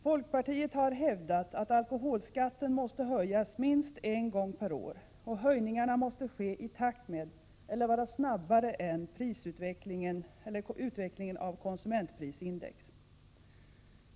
Folkpartiet har hävdat att alkoholskatten måste höjas minst en gång per år och att höjningarna måste ske i takt med — eller vara snabbare än — utvecklingen av konsumentprisindex.